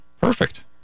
Perfect